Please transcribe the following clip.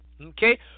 Okay